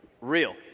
Real